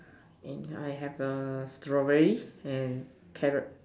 and I have a strawberry and carrot